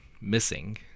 missing